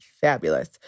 fabulous